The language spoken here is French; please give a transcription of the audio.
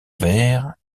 verre